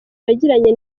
yagiranye